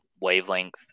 wavelength